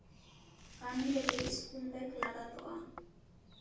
ᱠᱟᱹᱢᱤ ᱨᱮᱜᱮ school bag ᱞᱟᱜᱟᱛᱚᱜᱼᱟ